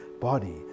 body